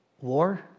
war